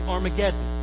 Armageddon